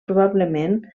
probablement